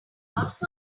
lots